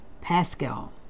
Pascal